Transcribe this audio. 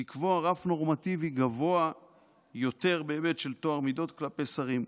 לקבוע רף נורמטיבי גבוה יותר בהיבט של טוהר מידות כלפי שרים.